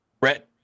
brett